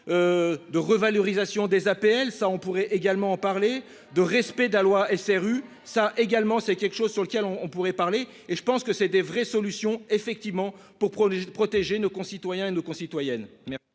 De revalorisation des APL, ça on pourrait également parler de respect de la loi SRU ça également c'est quelque chose sur lequel on on pourrait parler et je pense que c'est des vraies solutions effectivement pour prendre de protéger nos concitoyens et nos concitoyennes